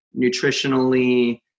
nutritionally